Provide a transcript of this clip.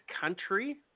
country